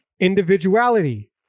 Individuality